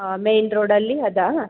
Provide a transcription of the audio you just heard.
ಹಾಂ ಮೇಯ್ನ್ ರೋಡಲ್ಲಿ ಅದಾ